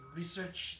research